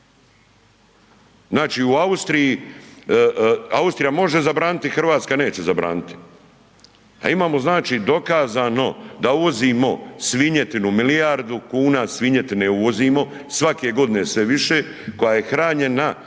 Znači u Austriji, Austrija može zabraniti, Hrvatska neće zabraniti, a imamo znači dokazano da uvozimo svinjetinu, milijardu kuna svinjetine uvozimo, svake godine sve više koja je hranjena